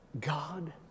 God